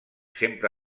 sempre